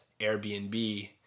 Airbnb